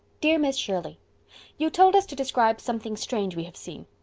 dear miss shirley you told us to describe something strange we have seen.